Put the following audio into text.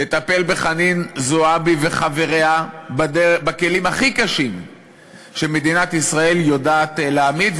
לטפל בחנין זועבי וחבריה בכלים הכי קשים שמדינת ישראל יודעת להעמיד,